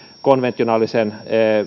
konventionaaliseen